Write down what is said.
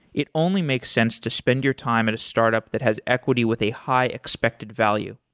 it only makes sense to spend your time at a startup that has equity with a high expected value.